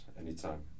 Anytime